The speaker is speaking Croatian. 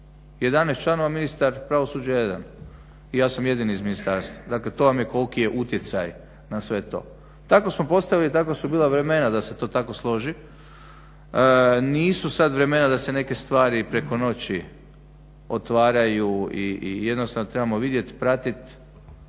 11 članova, ministar pravosuđa jedan. Ja sam jedini iz ministarstva. Dakle, to vam je koliki je utjecaj na sve to. Tako smo postavili, tako su bila vremena da se to tako složi. Nisu sad vremena da se neke stvari preko noći otvaraju i jednostavno trebamo vidjet, pratit